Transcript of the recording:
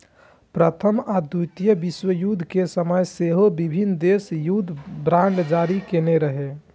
प्रथम आ द्वितीय विश्वयुद्ध के समय सेहो विभिन्न देश युद्ध बांड जारी केने रहै